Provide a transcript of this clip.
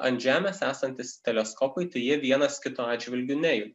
ant žemės esantys teleskopai tai jie vienas kito atžvilgiu nejuda